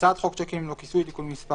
הצעת חוק שיקים ללא כיסוי (תיקון מס'